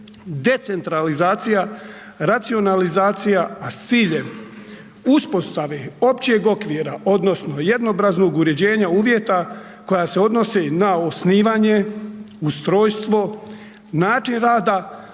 decentralizacija, racionalizacija, a s ciljem uspostave općeg okvira odnosno jednoobraznog uređenja uvjeta koja se odnosi na osnivanje, ustrojstvo, način rada,